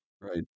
Right